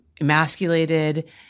emasculated